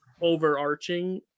overarching